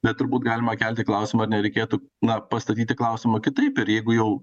bet turbūt galima kelti klausimą ar nereikėtų na pastatyti klausimą kitaip ir jeigu jau